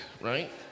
right